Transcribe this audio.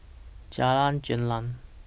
Jalan Gelam